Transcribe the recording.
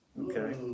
okay